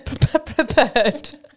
prepared